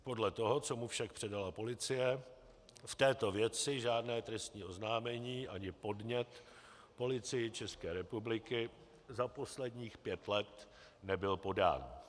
Podle toho, co mu však předala policie, v této věci žádné trestní oznámení ani podnět Policii České republiky za posledních pět let nebyl podán.